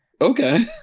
Okay